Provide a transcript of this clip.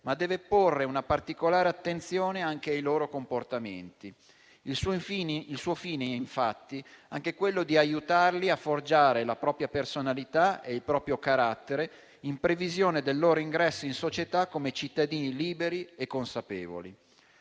ma deve porre una particolare attenzione anche ai loro comportamenti. Il suo fine è infatti anche quello di aiutarli a forgiare la propria personalità e il proprio carattere in previsione del loro ingresso in società come cittadini liberi e consapevoli.